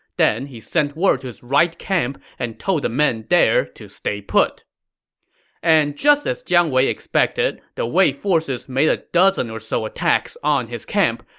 then, he sent word to his right camp and told the men there to stay put and just as jiang wei expected, the wei forces made a dozen or so attacks on his camp,